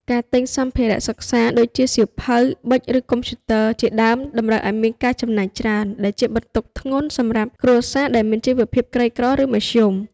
ការទិញសម្ភារៈសិក្សាដូចជាសៀវភៅ ប៊ិច ឬកុំព្យូទ័រ ជាដើម តម្រូវឲ្យមានការចំណាយច្រើន ដែលជាបន្ទុកធ្ងន់សម្រាប់គ្រួសារដែលមានជីវភាពក្រីក្រឬមធ្យម។